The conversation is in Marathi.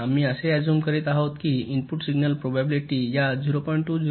आम्ही असे अझूम केले आहे की इनपुट सिग्नल प्रोबॅबिलिटी या 0